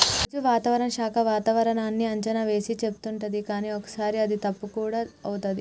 రోజు వాతావరణ శాఖ వాతావరణన్నీ అంచనా వేసి చెపుతుంటది కానీ ఒక్కోసారి అది తప్పు కూడా అవుతది